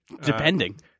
Depending